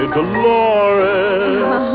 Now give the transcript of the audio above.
Dolores